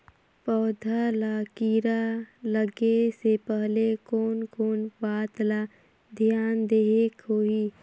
पौध ला कीरा लगे से पहले कोन कोन बात ला धियान देहेक होही?